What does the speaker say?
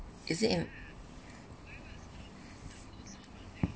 is it in